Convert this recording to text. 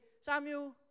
Samuel